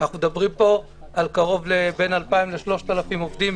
אנחנו מדברים פה על בין 2,000 ל-3,000 עובדים